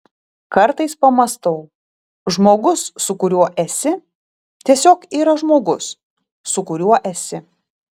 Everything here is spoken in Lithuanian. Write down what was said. kartais pamąstau žmogus su kuriuo esi tiesiog yra žmogus su kuriuo esi